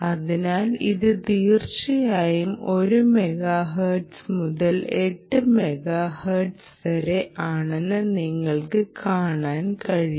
അതിനാൽ ഇത് തീർച്ചയായും 1 മെഗാഹെർട്സ് മുതൽ 8 മെഗാ ഹെർട്സ് വരെ ആണെന്ന് നിങ്ങൾക്ക് കാണാൻ കഴിയും